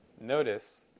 Notice